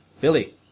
Billy